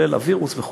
כולל הווירוס וכו'.